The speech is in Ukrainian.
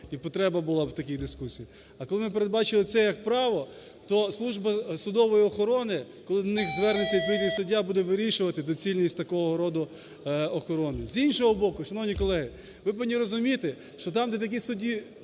і потреба була б в такій дискусії. А коли ми передбачили це як право, то служба судової охорони, коли до них звернеться відповідний суддя, буде вирішувати доцільність такого роду охорони. З іншого боку, шановні колеги, ви повинні розуміти, що там, де такі суди